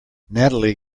natalie